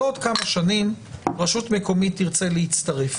בעוד כמה שנים רשות מקומית תרצה להצטרף